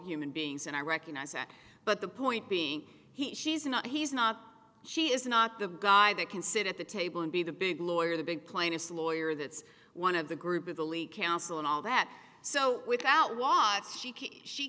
human beings and i recognize that but the point being he she is not he's not she is not the guy that can sit at the table and be the big lawyer the big plaintiff's lawyer that's one of the group of elite counsel and all that so without watts she